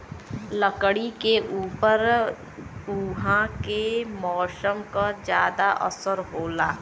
लकड़ी के ऊपर उहाँ के मौसम क जादा असर होला